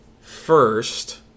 first